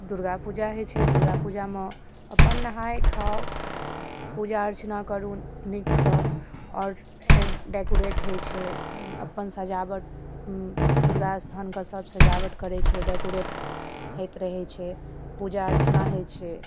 दुर्गापूजा होइ छै दुर्गापूजामे अपन नहाय खाउ पूजा अर्चना करू नीक सँ आओर डेकुरेट होइ छै अपन सजावट दुर्गास्थानके सब सजावट करै छै डेकुरेट होइत रहै छै पूजा अर्चना होइ छै